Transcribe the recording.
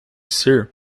ser